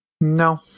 No